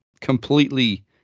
completely